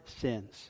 sins